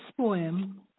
poem